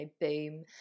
boom